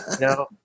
No